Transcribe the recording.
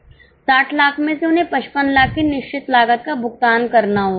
60 लाख में से उन्हें 55 लाख की निश्चित लागत का भुगतान करना होगा